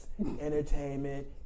entertainment